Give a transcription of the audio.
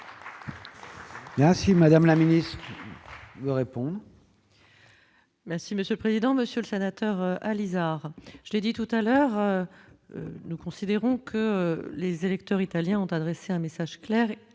Merci madame la ministre vous répond. Merci monsieur le président, Monsieur le Sénateur Alizart, je l'ai dit tout à l'heure, nous considérons que les électeurs italiens ont adressé un message clair :